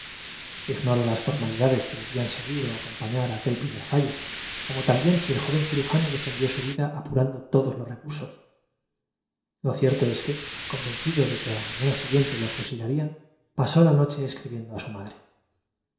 las formalidades ignoro que debían seguir o acompañar a aquel primer fauo como también si el joven cirujano defendió su vida apurando todos los recursos lo cierto es que convencido de que a la mañana siguiente lo fusilarían pasó la noche escribiendo a su madre